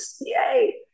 Yay